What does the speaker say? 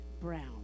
Brown